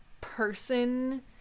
person